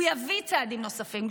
הוא יביא צעדים נוספים.